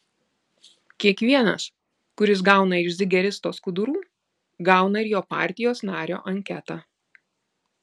kiekvienas kuris gauna iš zigeristo skudurų gauna ir jo partijos nario anketą